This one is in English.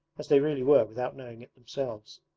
as they really were without knowing it themselves.